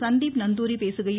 சந்தீப் நந்தூரி பேசுகையில்